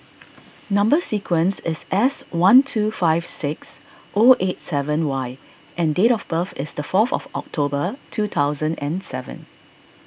Number Sequence is S one two five six O eight seven Y and date of birth is the fourth of October two thousand and seven